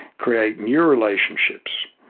create new relationships,